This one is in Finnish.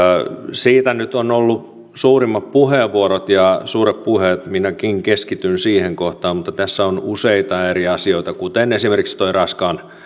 siitä nyt on ollut suurimmat puheenvuorot ja suuret puheet minäkin keskityn siihen kohtaan mutta tässä on useita eri asioita kuten esimerkiksi raskaan